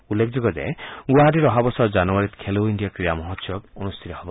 উল্লেখযোগ্য যে গুৱাহাটীত অহা বছৰ জানুৱাৰীত খেলো ইণ্ডিয়া ক্ৰীড়া মহোৎসৱ অনুষ্ঠিত হ'ব